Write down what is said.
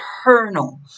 eternal